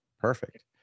Perfect